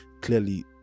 clearly